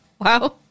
Wow